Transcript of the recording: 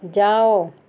ଯାଅ